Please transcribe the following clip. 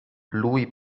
lui